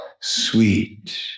sweet